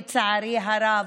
לצערי הרב,